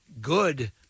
good